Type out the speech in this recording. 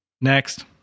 Next